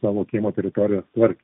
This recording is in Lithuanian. savo kiemo teritoriją tvarkė